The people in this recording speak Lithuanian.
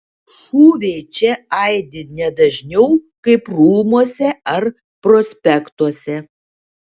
šūviai čia aidi ne dažniau kaip rūmuose ar prospektuose